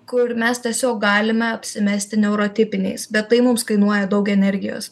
kur mes tiesiog galime apsimesti neurotipiniais bet tai mums kainuoja daug energijos